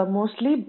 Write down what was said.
Mostly